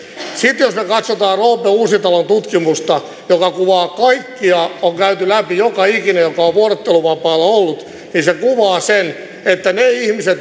sitten jos me katsomme roope uusitalon tutkimusta joka kuvaa kaikkia on käyty läpi joka ikinen joka on vuorotteluvapaalla ollut niin se kuvaa sen että niistä ihmisistä